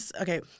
okay